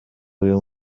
uyu